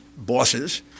bosses